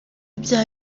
ibyaha